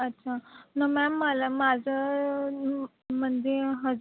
अच्छा ना मॅम मला माझं म्हणजे ह